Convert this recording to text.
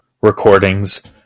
recordings